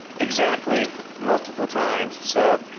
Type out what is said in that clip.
exactly multiple times. so,